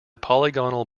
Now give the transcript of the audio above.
polygonal